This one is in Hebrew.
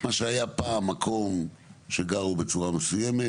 מה שהיה פעם מקום שגרו בצורה מסוימת